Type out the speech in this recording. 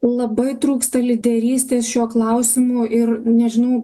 labai trūksta lyderystės šiuo klausimu ir nežinau